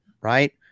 right